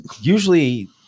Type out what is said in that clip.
Usually